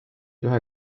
ühe